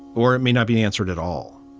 or it may not be answered at all